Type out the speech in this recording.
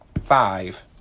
five